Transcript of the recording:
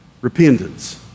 repentance